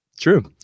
true